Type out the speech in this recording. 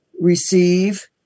receive